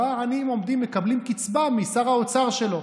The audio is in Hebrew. ראה עניים עומדים ומקבלים קצבה משר האוצר שלו.